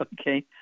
Okay